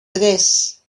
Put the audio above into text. tres